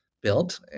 built